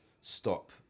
stop